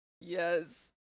Yes